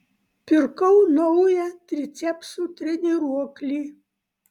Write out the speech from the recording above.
pirkau naują tricepsų treniruoklį